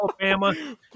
Alabama